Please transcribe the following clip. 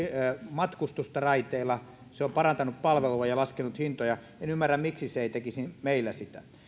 matkustusta raiteilla se on parantanut palvelua ja ja laskenut hintoja en ymmärrä miksi se ei tekisi sitä meillä